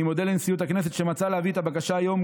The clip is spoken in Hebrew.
אני מודה לנשיאות הכנסת שמצאה להביא את הבקשה היום,